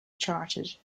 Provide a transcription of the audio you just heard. charted